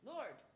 Lord